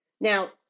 Now